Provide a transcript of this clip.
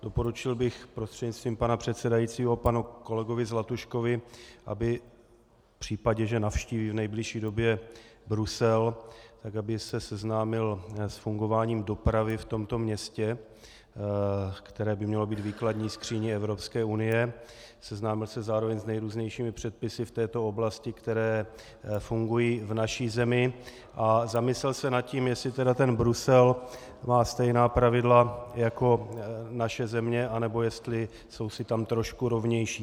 Doporučil bych prostřednictvím pana předsedajícího panu kolegovi Zlatuškovi, aby se v případě, že navštíví v nejbližší době Brusel, seznámil i s fungováním dopravy v tomto městě, které by mělo být výkladní skříní Evropské unie, seznámil se zároveň s nejrůznějšími předpisy v této oblasti, které fungují v naší zemi, a zamyslel se nad tím, jestli ten Brusel má stejná pravidla jako naše země, anebo jsou si tam trošku rovnější.